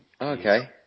Okay